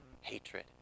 hatred